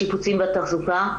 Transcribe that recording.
השיפוצים והתחזוקה,